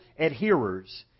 adherers